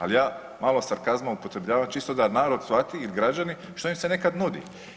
Ali ja malo sarkazma upotrebljavam čisto da narod shvati ili građani što im se nekad nudi.